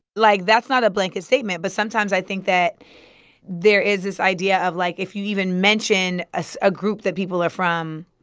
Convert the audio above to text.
like, that's not a blanket statement. but sometimes, i think that there is this idea of, like, if you even mention ah so a group that people are from,